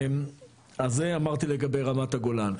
אז זה אמרתי לגבי רמת הגולן.